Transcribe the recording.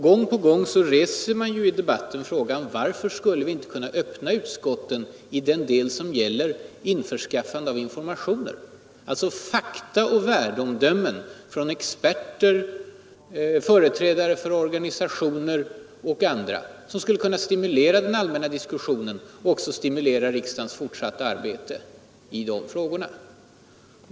Gång på gång reser vi i debatten frågan: Varför skulle vi inte kunna öppna utskotten i den del som gäller införskaffande av informationer, alltså fakta och värdeomdömen från experter, företrädare för organisationer och andra? Det skulle kunna stimulera den allmänna diskussionen och även stimulera riksdagens fortsatta arbete i dessa frågor.